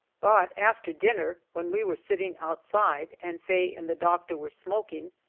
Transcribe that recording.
but after dinner, when we were sitting outside and faye and the doctor were smoking,